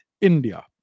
India